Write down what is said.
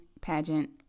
pageant